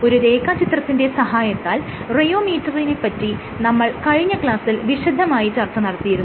ഒരു രേഖാചിത്രത്തിന്റെ സഹായത്താൽ റിയോമീറ്ററിനെ പറ്റി നമ്മൾ കഴിഞ്ഞ ക്ലാസ്സിൽ വിശദമായി ചർച്ച നടത്തിയിരുന്നു